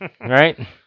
Right